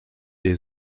des